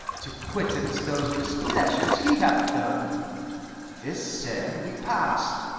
to quittance those displeasures he hath done this said, we past,